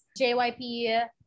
JYP